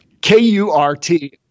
K-U-R-T